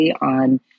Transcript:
on